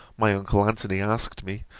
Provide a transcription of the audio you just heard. my uncle antony asked me,